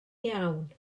iawn